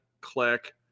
click